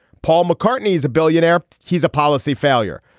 paul mccartney is a billionaire. he's a policy failure.